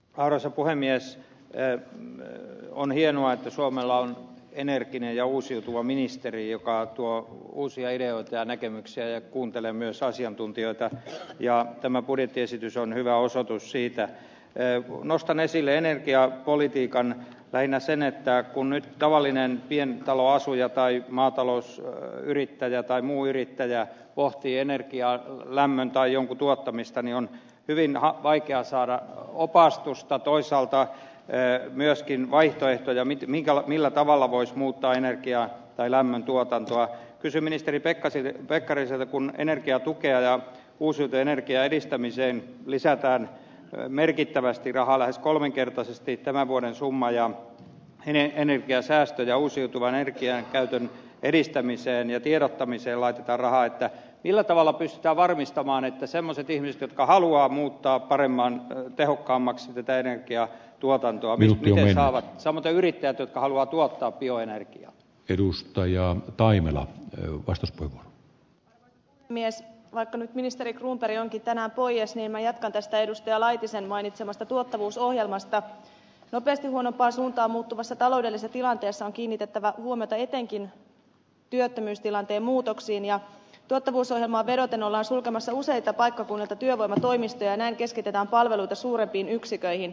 aurassa puhemies eero mme on hienoa että suomella on energinen ja uusiutuva ministeri joka tuo uusia ideoita ja näkemyksiä ja kuuntelee myös asiantuntijoita ja tämä budjettiesitys on hyvä osoitus siitä ettei wu nostan esille energiapolitiikan lähinnä sen että kun nyt tavallinen pientaloasuja tai maatalousyrittäjä tai muu yrittäjä pohtiienergian lämmön tai onko tuote mistä ne on tilina vaikea saada opastusta toisaalta myöskin vaihtoehtoja miten mitalla millä tavalla voisi muuttaa energia ja lämmöntuotantoa kysyi ministeri pekkarinen pekkariselle kun energiatukea ja uusi energian edistämiseen lisätään merkittävästi rahaa lähes kolminkertaisesti tämän vuoden summa ja eteni pian säästöjä uusiutuvan energian käytön edistämiseen ja tiedottamiseen laitetaan rahaa ja millä tavalla pystytään varmistamaan että semmoiset ihmiset jotka haluaa muuttaa paremman tehokkaammaksi tunteiden ja tuotantolinjoja ovat samat yrittäjät jotka haluaa tuottaa bioenergia edustajia on taimilla eu vastustaa mies on ministerin ontarion kitanaan poies minä jatkan tästä edusta laitisen mainitsemasta tuottavuusohjelmasta nopeasti huonompaan suuntaan muuttuvassa taloudellisen tilanteensa on kiinnitettävä huomiota etenkin työttömyystilanteen muutoksiin ja tuottavuusohjelmaan vedoten ollaan sulkemassa useilta paikkakunnilta työvoimatoimistoja näin keskitetään palveluita suurempiin yksiköihin